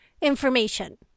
information